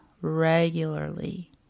regularly